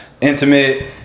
intimate